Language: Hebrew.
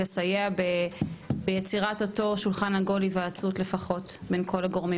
לסייע ביצירת שולחן עגול להיוועצות בין כל הגורמים,